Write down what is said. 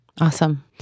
Awesome